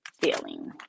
feeling